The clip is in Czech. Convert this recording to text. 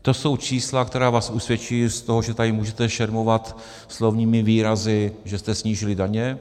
To jsou čísla, která vás usvědčují z toho, že tady můžete šermovat slovními výrazy, že jste snížili daně.